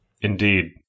Indeed